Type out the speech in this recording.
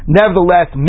nevertheless